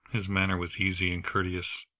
his manner was easy and courteous,